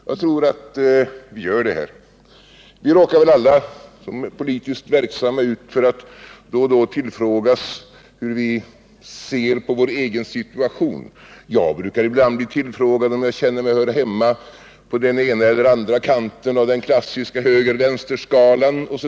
Jag tror att det är riktigt. Alla som är politiskt verksamma råkar väl ut för att då och då tillfrågas om hur vi ser på vår egen situation. Jag brukar ibland bli tillfrågad om jag känner mig höra hemma på den ena eller den andra kanten av den klassiska höger-vänsterskalan.